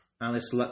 Alice